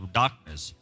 darkness